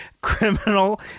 criminal